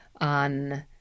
on